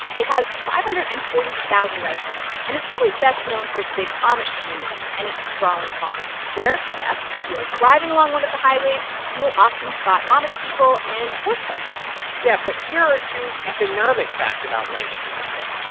it has five hundred and forty thousand residents, and it's probably best known for its big amish community and its sprawling farms where, yes, if you are driving along one of the highways, you will often spot amish people and horse buggies yeah. but here are two economic facts about lancaster county,